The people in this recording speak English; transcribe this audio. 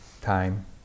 time